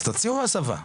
אז תציעו הסבה.